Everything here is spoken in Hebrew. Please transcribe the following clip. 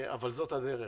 אבל זאת הדרך.